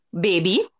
baby